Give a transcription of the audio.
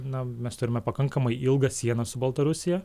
na mes turime pakankamai ilgą sieną su baltarusija